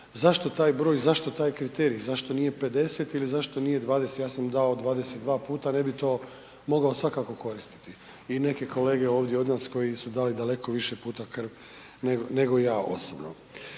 zašto taj broj, zašto taj kriterij, zašto nije 50 ili zašto nije 20, ja sam dao 22 puta ne bi to mogao svakako koristiti i neke kolege ovdje od nas koji su dali daleko više puta krv nego ja osobno.